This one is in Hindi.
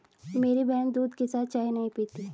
मेरी बहन दूध के साथ चाय नहीं पीती